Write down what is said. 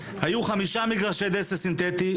היו חמישה מגרשי דשא סינטטי,